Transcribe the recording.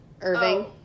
Irving